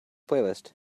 playlist